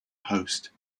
host